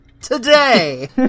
today